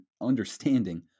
understanding